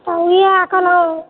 तऽ इएह कहलहुँ